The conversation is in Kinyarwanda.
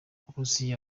uburusiya